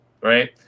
Right